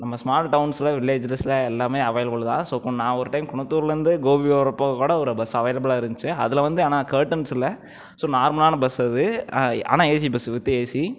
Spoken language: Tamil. நம்ம ஸ்மால் டவுன்ஸில் வில்லேஜஸில் எல்லாமே அவைலபிள் தான் ஸோ நான் ஒரு டைம் குணத்தூர்லேருந்து கோபி வரப்போ கூட ஒரு பஸ் அவைலபிளாக இருந்துச்சு அதில் வந்து ஆனால் கர்ட்டன்ஸ் இல்லை ஸோ நார்மலான பஸ் அது ஆனால் ஏசி பஸ் வித் ஏசி